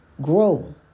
Grow